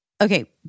okay